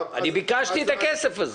ביקשתי את הכסף הזה.